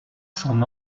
son